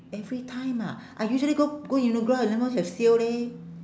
every time ah I usually go go uniqlo I don't know have sale leh